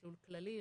מסלול כללי,